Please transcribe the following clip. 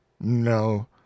No